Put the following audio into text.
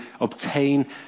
obtain